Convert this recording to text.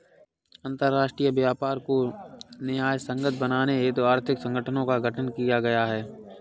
अंतरराष्ट्रीय व्यापार को न्यायसंगत बनाने हेतु आर्थिक संगठनों का गठन किया गया है